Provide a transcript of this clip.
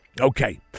Okay